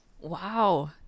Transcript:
wow